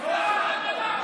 תוציאו את שניהם.